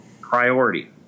priority